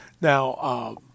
Now